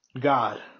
God